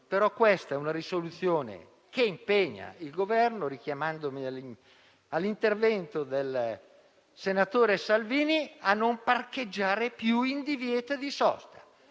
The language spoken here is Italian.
Ma questa è una risoluzione che impegna il Governo, richiamandomi all'intervento del senatore Salvini, a non parcheggiare più in divieto di sosta,